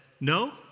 no